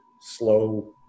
slow